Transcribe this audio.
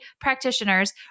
practitioners